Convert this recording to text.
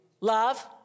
Love